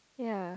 yea